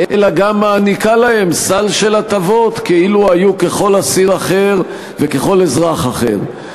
אלא גם מעניקה להם סל של הטבות כאילו היו ככל אסיר אחר וככל אזרח אחר.